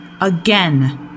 Again